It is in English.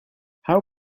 how